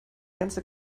ganze